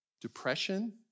Depression